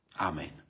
Amen